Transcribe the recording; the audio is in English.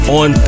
on